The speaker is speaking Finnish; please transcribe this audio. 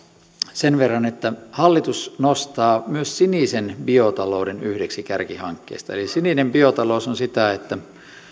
sen verran että hallitus nostaa myös sinisen biotalouden yhdeksi kärkihankkeista eli sininen biotalous on sitä että